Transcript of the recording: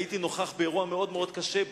הייתי נוכח באירוע מאוד-מאוד קשה,